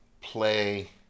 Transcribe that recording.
play